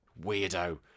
weirdo